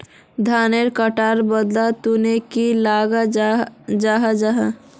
धानेर कटवार बाद तुरंत की लगा जाहा जाहा?